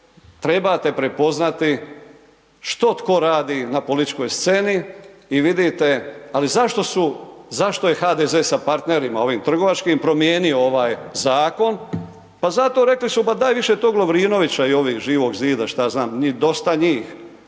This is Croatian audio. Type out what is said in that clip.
trebate prepoznati što tko radi na političkoj sceni i vidite. Ali zašto su, zašto je HDZ sa partnerima ovim trgovačkim promijenio ovaj zakon? Pa zato rekli su, pa daj više tog Lovrinovića i ovih iz Živog zida, šta ja